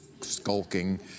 skulking